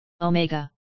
Omega